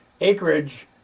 acreage